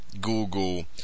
google